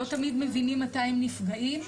לא תמיד מבינים מתי הם נפגעים,